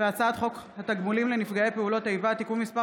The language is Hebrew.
הצעת חוק התגמולים לנפגעי פעולות איבה (תיקון מס'